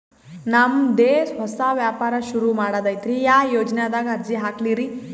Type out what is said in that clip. ನಮ್ ದೆ ಹೊಸಾ ವ್ಯಾಪಾರ ಸುರು ಮಾಡದೈತ್ರಿ, ಯಾ ಯೊಜನಾದಾಗ ಅರ್ಜಿ ಹಾಕ್ಲಿ ರಿ?